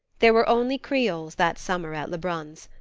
there were only creoles that summer at lebrun's.